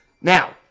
Now